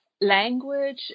language